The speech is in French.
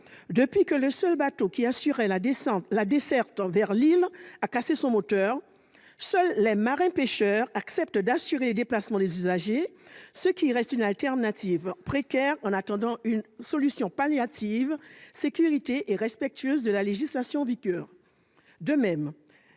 depuis que le seul bateau qui assurait la desserte vers l'île a cassé son moteur. Seuls les marins-pêcheurs acceptent d'assurer les déplacements des usagers, ce qui reste une alternative précaire en attendant une solution palliative sécurisée et respectueuse de la législation en vigueur.